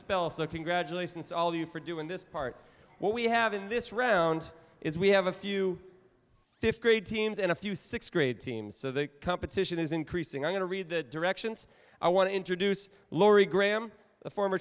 spell so congratulations to all of you for doing this part what we have in this round is we have a few fifth grade teams and a few sixth grade teams so the competition is increasing i'm going to read the directions i want to introduce lori graham a former